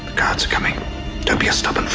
that's coming up yeah